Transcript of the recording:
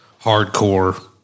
hardcore